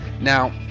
Now